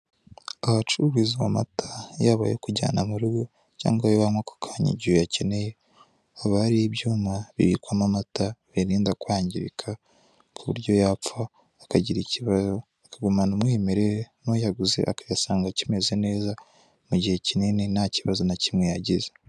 Ahacururizwa amata yaba ayo kujyana mu rugo cyangwa ayo banywa ako kanya igihe uyakeneye haba hari ibyuma bibikwamo amata biyarinda kwangirika ku buryo yapfa akagumana umwimerere n'uyaguze n'uyaguze agasanga akimeze neza mu gihe kinini nta kibazo yagize.